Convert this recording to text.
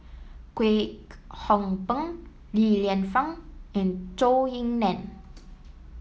Kwek Hong Png Li Lienfung and Zhou Ying Nan